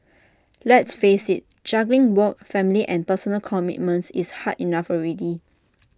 let's face IT juggling work family and personal commitments is hard enough already